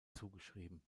zugeschrieben